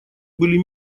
были